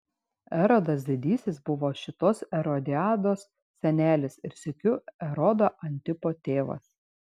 erodas didysis buvo šitos erodiados senelis ir sykiu erodo antipo tėvas